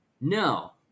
No